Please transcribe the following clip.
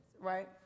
right